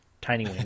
tiny